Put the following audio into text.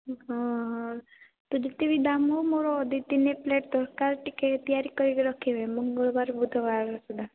ହଁ ହଁ ଯେତେ ବି ଦାମ ନେବ ମୋର ଦୁଇ ତିନି ପ୍ଲେଟ ଦରକାର ଟିକେ ତିଆରି କରିକି ରଖିବେ ମଙ୍ଗଳ ବାର ବୁଧ ବାର ସୁଧା